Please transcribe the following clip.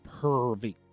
pervy